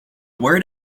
word